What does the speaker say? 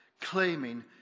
claiming